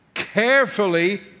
carefully